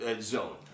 zone